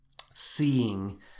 seeing